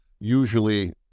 usually